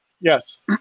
Yes